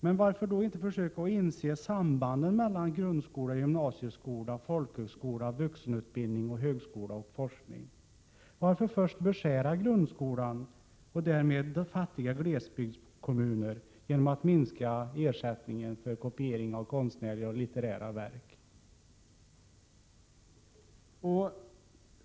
Men varför då inte försöka inse sambanden mellan grundskola, gymnasieskola, folkhögskola, vuxenutbildning, högskola och forskning? Varför först beskära grundskolan, och därmed fattiga glesbygdskommuner, genom att minska ersättningen för kopiering av konstnärliga och litterära verk?